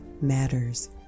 matters